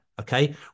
Okay